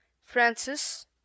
francis